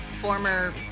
former